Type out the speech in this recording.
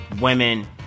Women